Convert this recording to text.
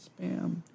spam